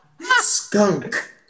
Skunk